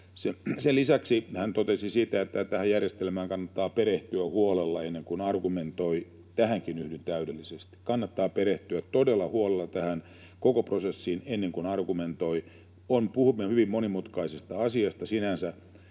Sen lisäksi hän totesi siitä, että tähän järjestelmään kannattaa perehtyä huolella ennen kuin argumentoi. Tähänkin yhdyn täydellisesti. Kannattaa perehtyä todella huolella tähän koko prosessiin ennen kuin argumentoi. Puhumme hyvin monimutkaisesta asiasta sinänsä,